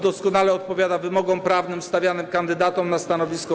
Doskonale odpowiada wymogom prawnym stawianym kandydatom na to stanowisko.